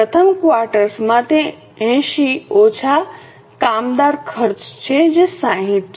પ્રથમ ક્વાર્ટરમાં તે 80 ઓછા કામદાર ખર્ચ છે જે 60 છે